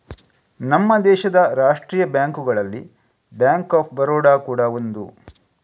ನಮ್ಮ ದೇಶದ ರಾಷ್ಟೀಯ ಬ್ಯಾಂಕುಗಳಲ್ಲಿ ಬ್ಯಾಂಕ್ ಆಫ್ ಬರೋಡ ಕೂಡಾ ಒಂದು